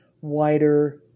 wider